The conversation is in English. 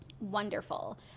wonderful